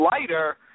lighter